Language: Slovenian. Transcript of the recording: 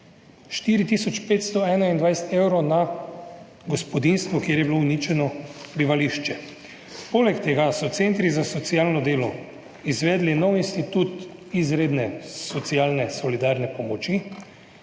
521 evrov na gospodinjstvo, kjer je bilo uničeno bivališče. Poleg tega so centri za socialno delo izvedli nov institut izredne socialne solidarne pomoči,